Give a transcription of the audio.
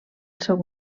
seu